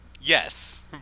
Yes